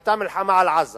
שהיתה מלחמה על עזה